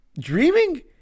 dreaming